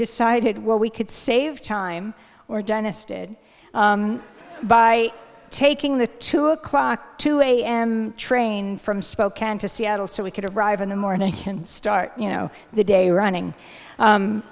decided well we could save time or dentist did by taking the two o'clock two am train from spokane to seattle so we could arrive in the morning and start you know the day running